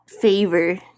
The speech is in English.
favor